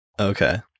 Okay